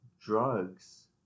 drugs